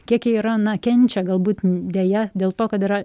kiek jie yra na kenčia galbūt deja dėl to kad yra